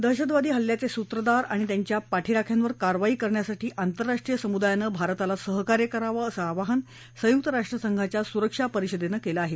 दहशतवादी हल्ल्याचे सूत्रधार आणि त्यांच्या पाठीराख्यांवर कारवाई करण्यासाठी आंतरराष्ट्रीय समुदायानं भारताला सहकार्य करावं असं आवाहन संयुक राष्ट्रसंघाच्या सुरक्षा परिषदेनं केलं आहे